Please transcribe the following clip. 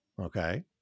Okay